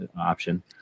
option